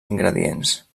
ingredients